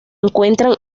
encuentran